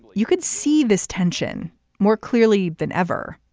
you could see this tension more clearly than ever.